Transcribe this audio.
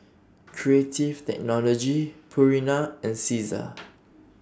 Creative Technology Purina and Cesar